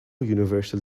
universal